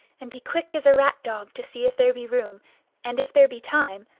and be quick as a rat-dog to see if there be room and if there be time,